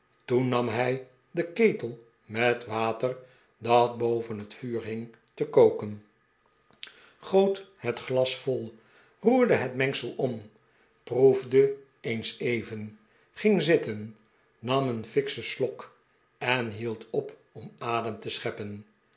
toen nam hij den ketel met water dat boven het vuur hing te koken de oude weller neemt wraak goot het glas vol roerde het mengsel om proefde eens even ging zitten nam een fikschen slok en hield op om adem te seheppen